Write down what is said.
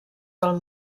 del